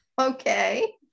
Okay